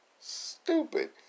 stupid